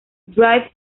drive